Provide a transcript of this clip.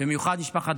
ממקום אישי.